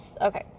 Okay